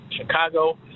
Chicago